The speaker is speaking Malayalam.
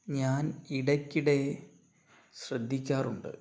ഞാൻ ഇടയ്ക്കിടെ ശ്രദ്ധിക്കാറുണ്ട്